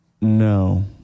No